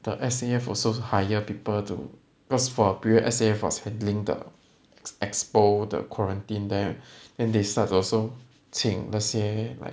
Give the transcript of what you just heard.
the S_A_F also hire people to because for a period S_A_F was handlng the expo the quarantine there then they start to also 请那些 like